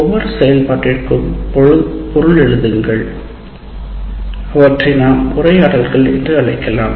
ஒவ்வொரு செயல்பாட்டிற்கும் பொருள் எழுதுங்கள் அவற்றை நாம் உரையாடல்கள் என்று அழைக்கலாம்